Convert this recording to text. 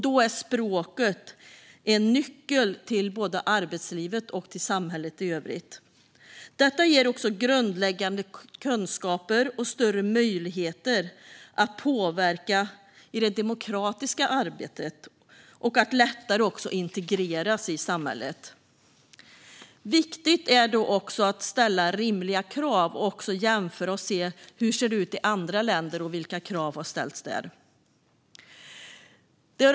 Då är språket en nyckel till arbetslivet och till samhället i övrigt. Det ger också grundläggande kunskaper och större möjligheter att påverka det demokratiska arbetet och lättare integreras i samhället. Det är också viktigt att ställa krav och att jämföra och se hur det ser ut i andra länder och vilka krav som har ställts där.